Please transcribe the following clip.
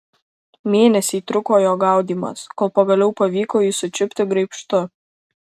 mėnesį truko jo gaudymas kol pagaliau pavyko jį sučiupti graibštu